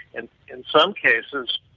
and in some cases,